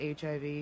HIV